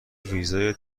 ویزای